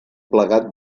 plegat